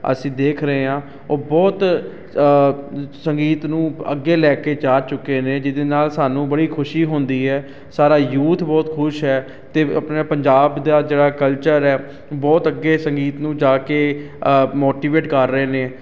ਅਸੀਂ ਦੇਖ ਰਹੇ ਹਾਂ ਉਹ ਬਹੁਤ ਸੰਗੀਤ ਨੂੰ ਅੱਗੇ ਲੈ ਕੇ ਜਾ ਚੁੱਕੇ ਨੇ ਜਿਹਦੇ ਨਾਲ ਸਾਨੂੰ ਬੜੀ ਖੁਸ਼ੀ ਹੁੰਦੀ ਹੈ ਸਾਰਾ ਯੂਥ ਬਹੁਤ ਖੁਸ਼ ਹੈ ਅਤੇ ਆਪਣੇ ਪੰਜਾਬ ਦਾ ਜਿਹੜਾ ਕਲਚਰ ਹੈ ਬਹੁਤ ਅੱਗੇ ਸੰਗੀਤ ਨੂੰ ਜਾ ਕੇ ਮੋਟੀਵੇਟ ਕਰ ਰਹੇ ਨੇ